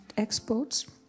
exports